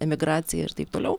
emigracija ir taip toliau